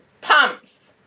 pumps